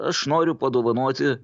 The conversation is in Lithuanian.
aš noriu padovanoti